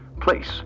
place